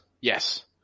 Yes